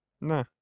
Nah